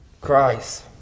Christ